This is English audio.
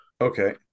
Okay